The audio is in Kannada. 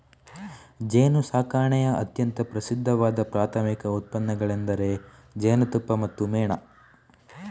ಜೇನುಸಾಕಣೆಯ ಅತ್ಯಂತ ಪ್ರಸಿದ್ಧವಾದ ಪ್ರಾಥಮಿಕ ಉತ್ಪನ್ನಗಳೆಂದರೆ ಜೇನುತುಪ್ಪ ಮತ್ತು ಮೇಣ